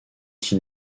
qui